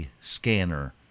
scanner